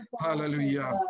Hallelujah